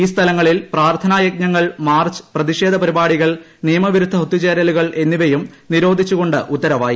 ഈ സ്ഥലങ്ങളിൽ പ്രാർഥനാ യജ്ഞങ്ങൾ മാർച്ച് പ്രതിഷേധ പരിപാടികൾ നിയമവിരുദ്ധ ഒത്തുചേരലുകൾ എന്നിവയും നിരോധിച്ച് ഉത്തരവായി